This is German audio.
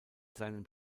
seinem